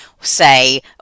say